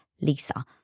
Lisa